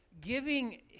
giving